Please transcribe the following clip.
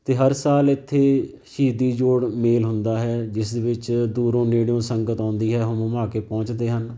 ਅਤੇ ਹਰ ਸਾਲ ਇੱਥੇ ਸ਼ਹੀਦੀ ਜੋੜ ਮੇਲ ਹੁੰਦਾ ਹੈ ਜਿਸ ਦੇ ਵਿੱਚ ਦੂਰੋਂ ਨੇੜਿਓ ਸੰਗਤ ਆਉਂਦੀ ਹੈ ਹੁੰਮ ਹੁੰਮਾ ਕੇ ਪਹੁੰਚਦੇ ਹਨ